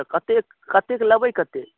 तऽ कतेक कतेक लेबै कतेक